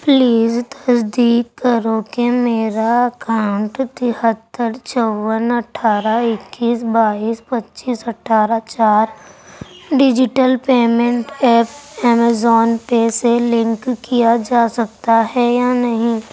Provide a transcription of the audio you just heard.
please تصدیق کرو کہ میرا اکاؤنٹ تہتر چون اٹھارہ اکیس بائیس پچیس اٹھارہ چار digital payment app Amazon Pay سے لنک کیا جا سکتا ہے یا نہیں